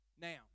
Now